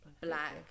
black